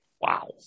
Wow